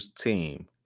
team